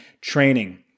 training